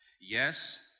Yes